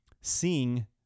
seeing